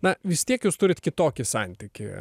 na vis tiek jūs turit kitokį santykį